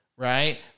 Right